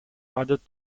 added